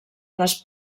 les